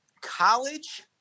college